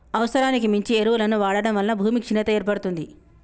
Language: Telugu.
అవసరానికి మించి ఎరువులను వాడటం వలన భూమి క్షీణత ఏర్పడుతుంది